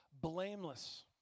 blameless